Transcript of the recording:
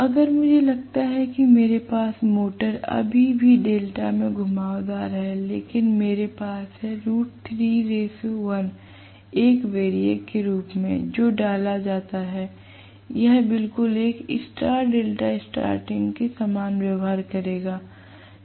अगर मुझे लगता है कि मेरे पास मोटर अभी भी डेल्टा में घुमावदार है लेकिन मेरे पास है 1 एक वैरिएक के रूप में जो डाला जाता है यह बिल्कुल एक स्टार डेल्टा स्टार्टिंग के समान व्यवहार करेगा